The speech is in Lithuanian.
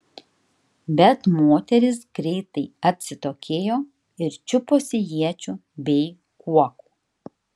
bet moterys greitai atsitokėjo ir čiuposi iečių bei kuokų